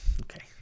Okay